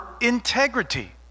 integrity